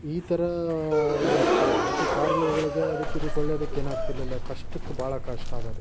ಈ ಥರ ಇದಿತ್ತು ಒಕೆ ಕಾರ್ಯಗಳಿಗೆ ಅದಕ್ಕೆ ಇದಕ್ಕೆ ಒಳ್ಳೇದಕ್ಕೆ ಏನು ಆಗ್ತಿರಲಿಲ್ಲ ಕಷ್ಟಕ್ಕೆ ಭಾಳ ಕಷ್ಟ ಆಗೋದು